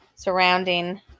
Surrounding